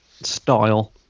style